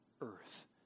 earth